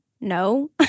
no